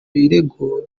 birego